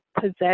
possess